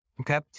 Okay